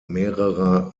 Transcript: mehrerer